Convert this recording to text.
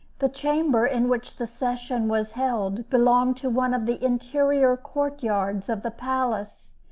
the chamber in which the session was held belonged to one of the interior court-yards of the palace,